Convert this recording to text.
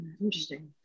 interesting